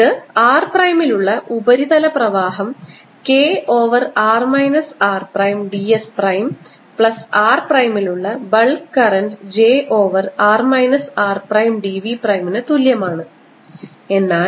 ഇത് r പ്രൈമിലുള്ള ഉപരിതല പ്രവാഹം K over r minus r prime d s prime plus r പ്രൈമിലുള്ള bulk current J over r minus r prime d v പ്രൈമിന് തുല്യമാണ് എന്നാൽ